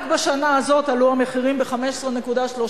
רק בשנה הזאת עלו המחירים ב-15.3%,